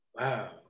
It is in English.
wow